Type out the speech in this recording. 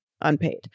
unpaid